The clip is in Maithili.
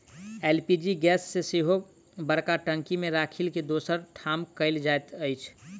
एल.पी.जी गैस के सेहो बड़का टंकी मे राखि के दोसर ठाम कयल जाइत छै